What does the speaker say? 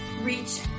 reach